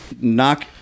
knock